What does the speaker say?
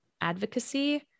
advocacy